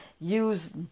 use